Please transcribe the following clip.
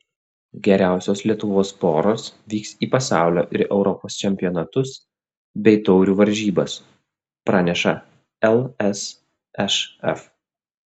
geriausios lietuvos poros vyks į pasaulio ir europos čempionatus bei taurių varžybas praneša lsšf